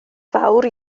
fawr